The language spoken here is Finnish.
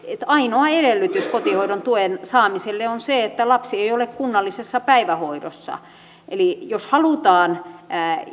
ainoa edellytys kotihoidon tuen saamiselle on se että lapsi ei ole kunnallisessa päivähoidossa eli jos halutaan